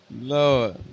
Lord